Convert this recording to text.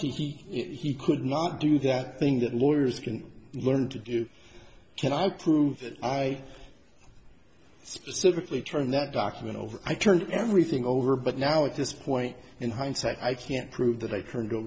honesty he could not do that thing that lawyers can learn to do can i prove that i specifically turned that document over i turned everything over but now at this point in hindsight i can't prove that i